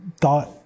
thought